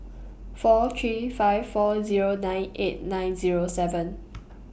four three five four Zero nine eight nine Zero seven